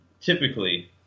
typically